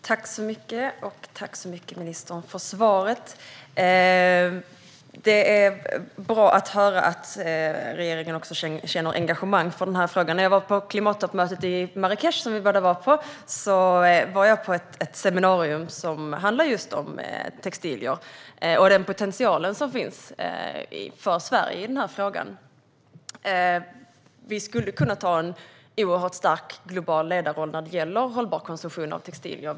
Herr talman! Tack, ministern, för svaret! Det är bra att höra att regeringen också känner engagemang för denna fråga. Under klimattoppmötet i Marrakech, där vi båda var, deltog jag i ett seminarium som handlade just om textilier och den potential som finns för Sverige i denna fråga. Vi skulle kunna ta en oerhört stark global ledarroll när det gäller hållbar konsumtion av textilier.